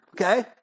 okay